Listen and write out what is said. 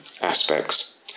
aspects